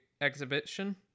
exhibition